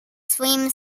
своими